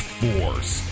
force